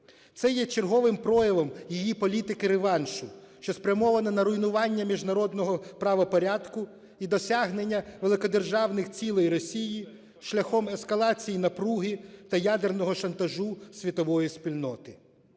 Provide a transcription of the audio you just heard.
Це є черговим проявом її політики реваншу, що спрямовано на руйнування міжнародного правопорядку і досягнення великодержавних цілей Росії шляхом ескалації напруги та ядерного шантажу світової спільноти.